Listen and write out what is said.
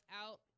out